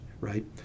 right